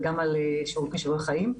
גם על שיעור כישורי חיים.